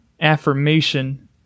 affirmation